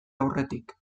aurretik